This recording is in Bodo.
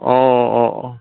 अ अ अ